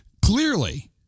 Clearly